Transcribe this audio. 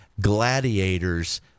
gladiators